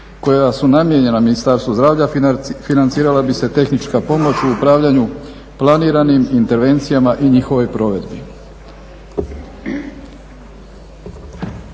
koja su namijenjena Ministarstvu zdravlja financirala bi se tehnička pomoć u upravljanju planiranim intervencijama i njihovoj provedbi.